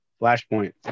Flashpoint